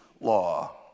law